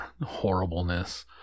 horribleness